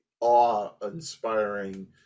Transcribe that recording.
awe-inspiring